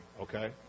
okay